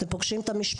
אתם פוגשים גם את המשפחה.